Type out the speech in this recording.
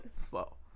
Slow